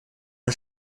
und